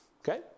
okay